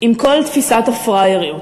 עם כל תפיסת הפראייריות.